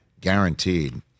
guaranteed